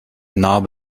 knob